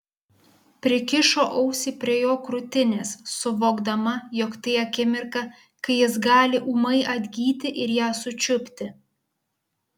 prikišo ausį prie jo krūtinės suvokdama jog tai akimirka kai jis gali ūmai atgyti ir ją sučiupti